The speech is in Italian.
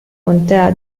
contea